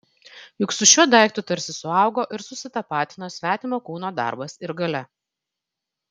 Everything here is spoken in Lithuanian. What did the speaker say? juk su šiuo daiktu tarsi suaugo ir susitapatino svetimo kūno darbas ir galia